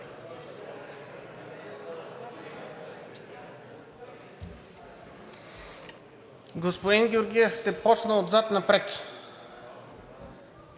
Господин Георгиев, ще започна отзад напред.